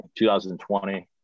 2020